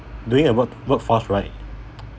during a work workforce right